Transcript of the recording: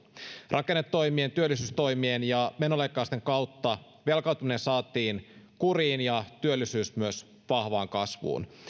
rakennetoimien työllisyystoimien ja menoleikkausten kautta velkaantuminen saatiin kuriin ja myös työllisyys vahvaan kasvuun